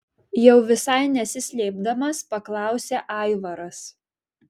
jau visai nesislėpdamas paklausia aivaras